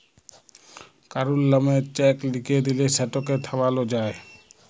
কারুর লামে চ্যাক লিখে দিঁলে সেটকে থামালো যায়